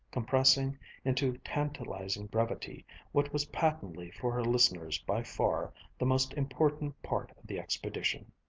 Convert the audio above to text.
compressing into tantalizing brevity what was patently for her listeners by far the most important part of the expedition.